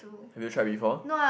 have you tried before